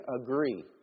agree